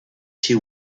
she